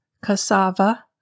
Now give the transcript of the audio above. cassava